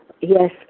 Yes